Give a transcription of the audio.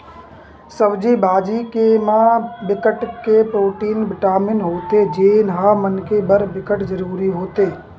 सब्जी भाजी के म बिकट के प्रोटीन, बिटामिन होथे जेन ह मनखे बर बिकट जरूरी होथे